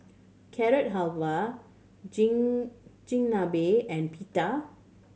Carrot Halwa Chigenabe and Pita